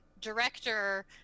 director